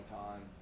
time